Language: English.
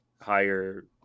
higher